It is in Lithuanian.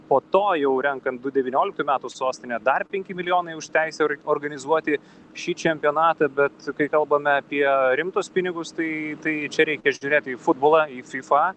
po to jau renkant du devynioliktų metų sostinę dar penki milijonai už teisę organizuoti šį čempionatą bet kai kalbame apie rimtus pinigus tai tai čia reikia žiūrėt į futbolą į fifa